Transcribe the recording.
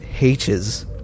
H's